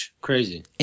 Crazy